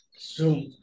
Zoom